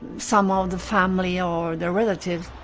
some ah of the family or the relatives.